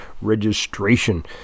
registration